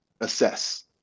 assess